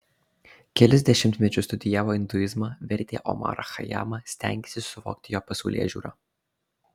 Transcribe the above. kelis dešimtmečius studijavo induizmą vertė omarą chajamą stengėsi suvokti jo pasaulėžiūrą